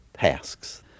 tasks